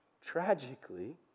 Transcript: tragically